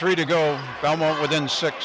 three to go within six